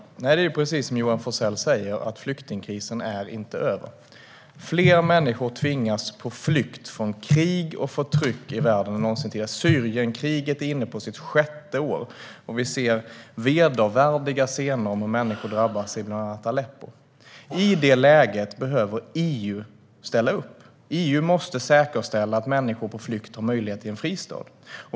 Herr talman! Det är precis som Johan Forssell säger: Flyktingkrisen är inte över. Fler människor än någonsin tidigare tvingas på flykt från krig och förtryck i världen. Syrienkriget är inne på sitt sjätte år. Vi ser vedervärdiga scener när människor drabbas i bland annat Aleppo. I det läget behöver EU ställa upp. EU måste säkerställa att människor på flykt har möjlighet till en fristad.